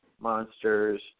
monsters